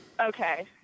Okay